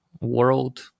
world